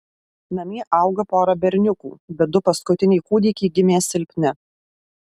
namie auga pora berniukų bet du paskutiniai kūdikiai gimė silpni